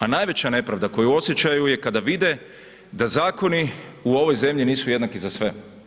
A najveća nepravda koju osjećaju je kada vide da zakoni u ovoj zemlji nisu jednaki za sve.